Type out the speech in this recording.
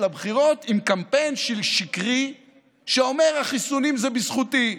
לבחירות עם קמפיין שקרי שאומר: החיסונים זה בזכותי.